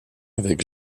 avec